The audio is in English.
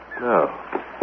No